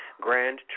grand